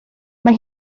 mae